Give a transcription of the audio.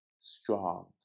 strong